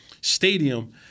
Stadium